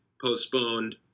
postponed